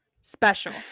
special